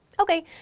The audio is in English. Okay